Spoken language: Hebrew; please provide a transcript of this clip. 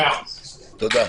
תודה.